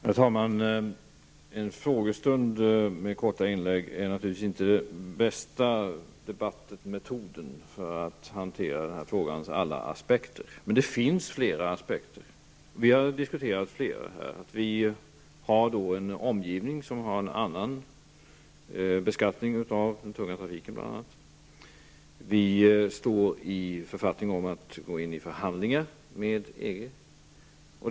Herr talman! En frågestund med korta inlägg är naturligtvis inte den bästa debattformen för att hantera denna frågas alla aspekter. Det finns flera aspekter, och vi har diskuterat många här. Vi har i vår omgivning en annan beskattning av bl.a. den tunga trafiken. Vi går i författning om att inleda förhandlingar med EG.